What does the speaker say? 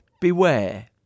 beware